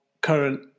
current